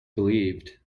believed